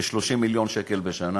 כ-30 מיליון שקל בשנה